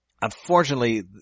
Unfortunately